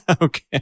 Okay